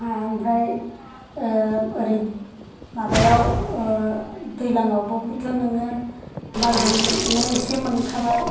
आमफ्राय ओरै माबायाव दैज्लांआवबोथ' नोङो माइजोंनो इसे मोनखाबाय